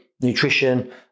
nutrition